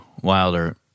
Wilder